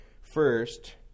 first